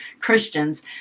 Christians